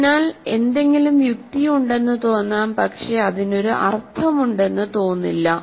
അതിനാൽ എന്തെങ്കിലും യുക്തി ഉണ്ടെന്നു തോന്നാം പക്ഷെ അതിനൊരു അർത്ഥമുണ്ടെന്നു തോന്നില്ല